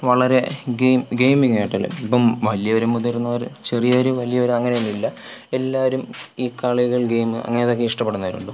വളരെ ഗെയിം ഗെയിമിങ്ങായിട്ടുള്ള ഇപ്പോള് വലിയവരും മുതിർന്നവര് ചെറിയവര് വലിയവര് അങ്ങനെയൊന്നുമില്ല എല്ലാവരും ഈ കളികൾ ഗെയിം അങ്ങനെയൊക്കെ ഇഷ്ടപ്പെടുന്നവരുണ്ട്